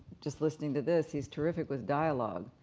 just listening to this, he's terrific with dialogue.